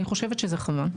אני חושבת שזה חבל.